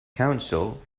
council